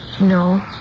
No